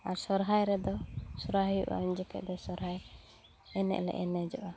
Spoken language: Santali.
ᱟᱨ ᱥᱚᱨᱦᱟᱭ ᱨᱮᱫᱚ ᱥᱚᱨᱦᱟᱭ ᱦᱩᱭᱩᱜᱼᱟ ᱩᱱᱡᱚᱠᱷᱮᱱ ᱫᱚ ᱥᱚᱨᱦᱟᱭ ᱮᱱᱮᱡ ᱞᱮ ᱮᱱᱮᱡᱼᱟ